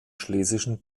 schlesischen